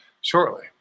shortly